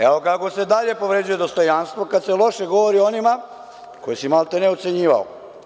Evo kako se dalje povređuje dostojanstvo kada se loše govori o onima koje si maltene ocenjivao.